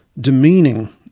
demeaning